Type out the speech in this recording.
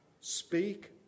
Speak